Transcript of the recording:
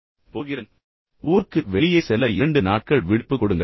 நான் ஊரை விட்டு வெளியே செல்ல வேண்டும் என்பதால் எனக்கு இரண்டு நாட்கள் விடுப்பு கொடுங்கள்